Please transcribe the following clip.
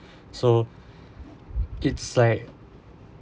so it's like